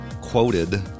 quoted